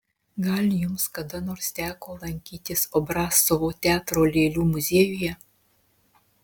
gal jums kada nors teko lankytis obrazcovo teatro lėlių muziejuje